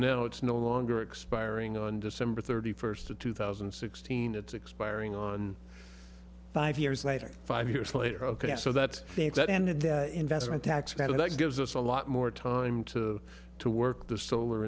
now it's no longer expiring on december thirty first of two thousand and sixteen it's expiring on five years later five years later ok so that's things that ended the investment tax credit that gives us a lot more time to work the solar